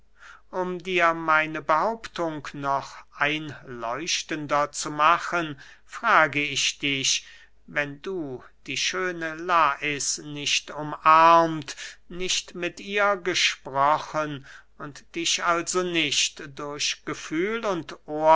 um dir meine behauptung noch einleuchtender zu machen frage ich dich wenn du die schöne lais nicht umarmt nicht mit ihr gesprochen und dich also nicht durch gefühl und